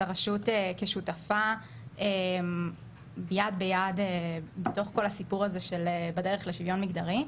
הרשות כשותפה יד ביד בתוך כל הסיפור הזה של בדרך לשוויון מגדרי.